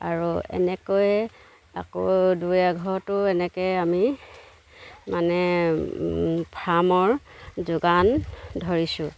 আৰু এনেকৈয় আকৌ দুই এঘৰতো এনেকৈ আমি মানে ফাৰ্মৰ যোগান ধৰিছোঁ